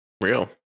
Real